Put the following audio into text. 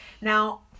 now